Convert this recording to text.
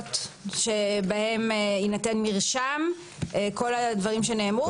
התוויות שבהן יינתן מרשם, כל הדברים שנאמרו.